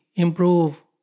improve